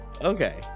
Okay